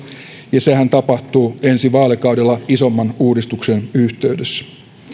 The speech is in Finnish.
ja sehän tapahtuu ensi vaalikaudella isomman uudistuksen yhteydessä